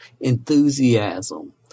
Enthusiasm